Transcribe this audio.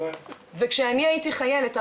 כשאני הייתי חיילת,